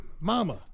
mama